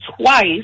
twice